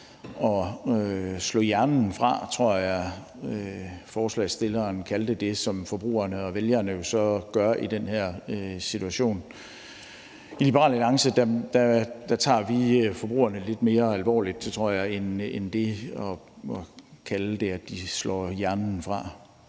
at »slå hjernen fra« tror jeg ordføreren for forslagsstillerne kaldte det, som forbrugerne og vælgerne jo så gør i den her situation. I Liberal Alliance tager vi forbrugerne lidt mere alvorligt, tror jeg, end det at kalde det at slå hjernen fra.